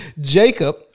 Jacob